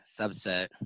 subset